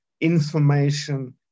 information